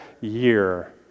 year